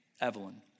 Evelyn